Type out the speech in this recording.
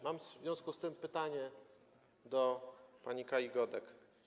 Mam w związku z tym pytanie do pani Kai Godek.